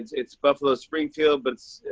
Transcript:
it's it's buffalo springfield, but it's